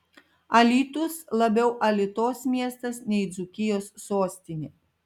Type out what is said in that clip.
alytus labiau alitos miestas nei dzūkijos sostinė